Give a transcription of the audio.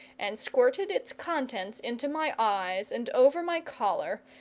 and squirted its contents into my eyes and over my collar,